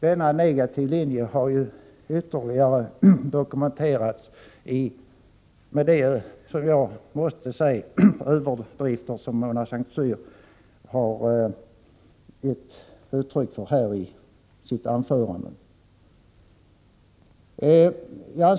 Denna negativa linje har ytterligare dokumenterats genom de — som jag ser det — överdrifter som Mona Saint Cyr hade i sitt anförande.